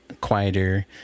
quieter